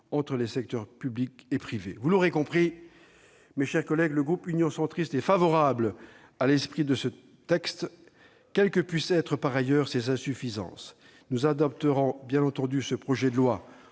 entre les secteurs public et privé. Vous l'aurez compris, mes chers collègues, le groupe Union Centriste est favorable à l'esprit de ce texte, quelles que puissent en être par ailleurs les insuffisances. Nous voterons bien entendu en faveur de ce